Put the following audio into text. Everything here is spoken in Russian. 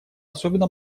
особенно